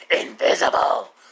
invisible